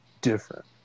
different